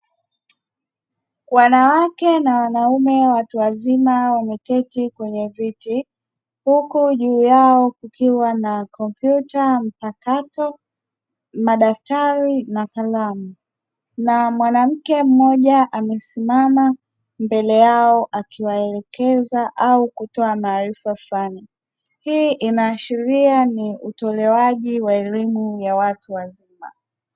Wanawake na wanaume watu wazima wameketi kwenye viti, huku juu yao kukiwa na komputa mpakato, madafutari na kalamu na mwanamke mmoja amesimama mbele yao akiwaelekeza au kuotoa maarifa fulani. Hii inaashiria ni utolewaji wa elimu ya watu wazima.